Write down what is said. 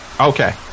Okay